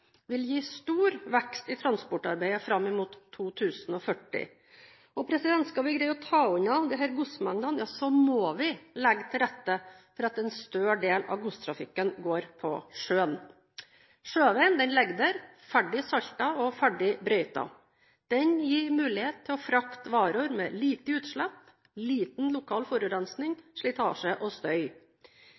vil gi stor vekst i transportarbeidet fram mot 2040. Skal vi klare å ta unna disse godsmengdene, må vi legge til rette for at en større del av godstrafikken går på sjøen. Sjøveien ligger der, ferdig saltet og ferdig brøytet. Den gir mulighet til å frakte varer med lite utslipp, liten lokal forurensning, slitasje og støy.